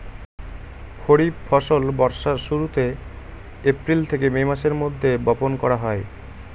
খরিফ ফসল বর্ষার শুরুতে, এপ্রিল থেকে মে মাসের মধ্যে, বপন করা হয়